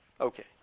Okay